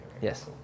Yes